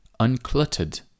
uncluttered